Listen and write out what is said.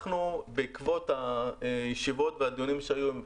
בעקבות הישיבות והדיונים שהיו,